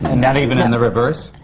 and not even in the reverse,